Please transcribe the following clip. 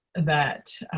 that